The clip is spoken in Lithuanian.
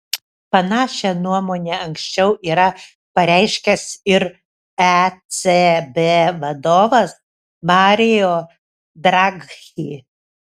panašią nuomonę anksčiau yra pareiškęs ir ecb vadovas mario draghi